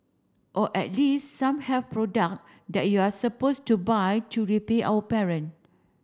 or at least some health product that you're supposed to buy to repay our parent